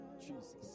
Jesus